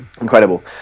Incredible